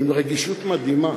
עם רגישות מדהימה.